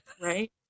Right